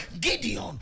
Gideon